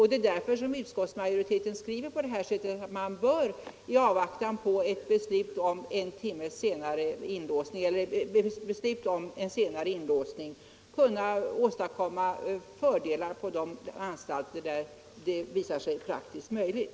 Det är därför utskottsmajoriteten skriver att man i avvaktan på ett beslut om senare inlåsning bör kunna åstadkomma fördelar i det här avseendet på de anstalter där det visar sig praktiskt möjligt.